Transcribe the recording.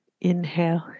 Inhale